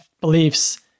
beliefs